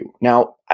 Now